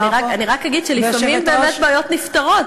אני רק אגיד שלפעמים באמת בעיות נפתרות,